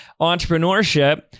entrepreneurship